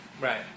right